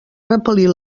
repel·lir